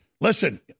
listen